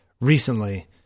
recently